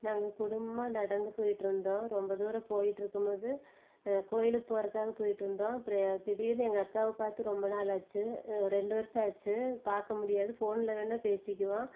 நாங்கள் குடும்பமாக நடந்து போயிட்டு இருந்தோம் ரொம்ப தூரம் போயிகிட்டு இருக்கும்போது கோயிலுக்கு போகிறக்காக போயிகிட்டு இருந்தோம் அப்புறம் திடீர்னு எங்கள் அக்காவை பாத்து ரொம்ப நாள் ஆச்சு ரெண்டு வருஷம் ஆச்சு பார்க்க முடியாது ஃபோனில் வேணால் பேசிக்குவோம்